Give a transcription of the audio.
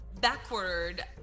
backward